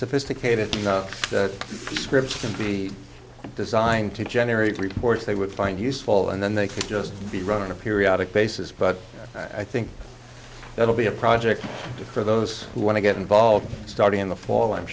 sophisticated scripts can be designed to generate reports they would find useful and then they could just be run on a periodic basis but i think that will be a project for those who want to get involved starting in the fall i'm